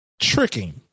tricking